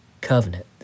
covenant